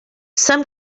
some